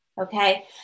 Okay